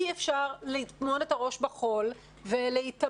אי אפשר לטמון את הראש בחול ולהיתמם